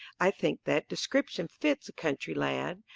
i think that description fits a country lad.